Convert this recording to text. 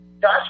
Josh